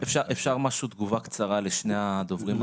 אפשר תגובה קצרה לשני הדוברים האחרונים?